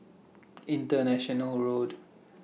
International Road